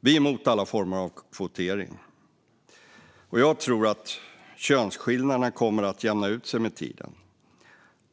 Vi är emot alla former av kvotering. Jag tror att könsskillnaderna kommer jämna ut sig med tiden.